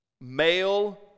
male